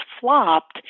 flopped